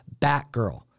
Batgirl